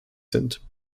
sind